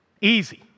Easy